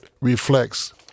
reflects